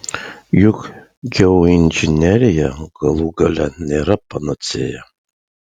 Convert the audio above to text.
juk geoinžinerija galų gale nėra panacėja